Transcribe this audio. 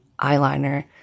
eyeliner